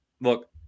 Look